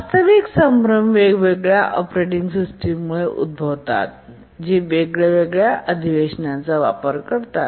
वास्तविक संभ्रम वेगवेगळ्या ऑपरेटिंग सिस्टममुळे उद्भवतात जे वेगवेगळ्या अधिवेशनांचा वापर करतात